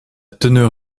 teneur